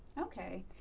okay.